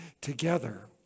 together